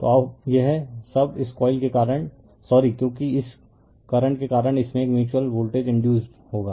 तो अब यह अब इस कॉइल के कारण सॉरी क्योंकि इस करंट के कारण इसमें एक म्यूच्यूअल वोल्टेज इंडयुस होगा